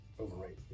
overrated